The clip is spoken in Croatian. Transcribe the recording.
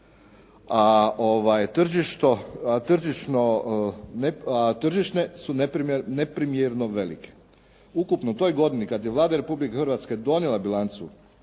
a tržišne su neprimjerno velike. Ukupno u toj godini kada je Vlada Republike Hrvatske donijela bilancu